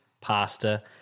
pasta